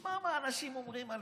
תשמע מה אנשים אומרים עליכם.